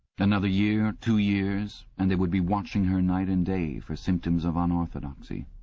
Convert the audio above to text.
another year, two years, and they would be watching her night and day for symptoms of unorthodoxy.